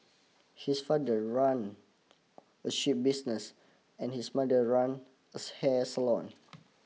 his father run a ship business and his mother run as hair salon